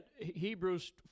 Hebrews